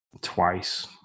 twice